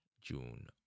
June